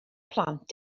plant